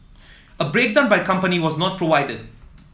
a breakdown by company was not provided